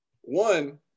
one